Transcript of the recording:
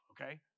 okay